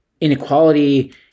inequality